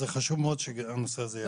זה חשוב שהנושא הזה יעלה.